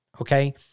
Okay